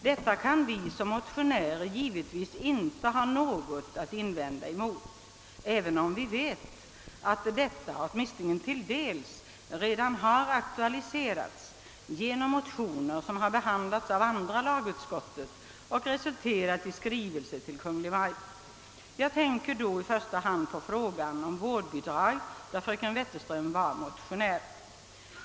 Detta kan vi som motionärer givetvis inte ha någonting att invända emot, även om vi vet att dessa frågor åtminstone delvis redan har aktualiserats genom motioner som har behandlats av andra lagutskottet och resulterat i skrivelser till Kungl. Maj:t. Jag tänker i detta sammanhang i första hand på frågan om vårdbidrag, beträffande vilken fröken Wetterström var motionär.